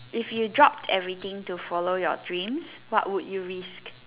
if you drop everything to follow your dream what would you risk